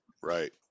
Right